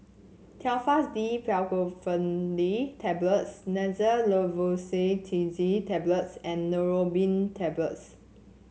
Telfast D Fexofenadine Tablets Xyzal Levocetirizine Tablets and Neurobion Tablets